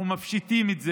אנחנו מפשטים את זה,